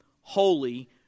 holy